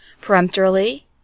peremptorily